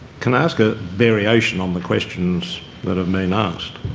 can i ask a variation on the questions that have been asked?